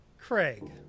Craig